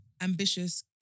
ambitious